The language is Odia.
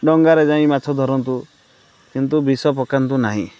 ଡଙ୍ଗାରେ ଯାଇ ମାଛ ଧରନ୍ତୁ କିନ୍ତୁ ବିଷ ପକାନ୍ତୁ ନାହିଁ